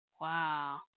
Wow